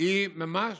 היא ממש